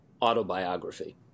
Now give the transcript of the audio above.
autobiography